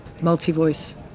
multi-voice